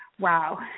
Wow